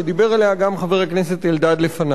שדיבר עליה גם חבר הכנסת אלדד לפני: